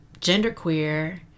genderqueer